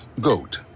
GOAT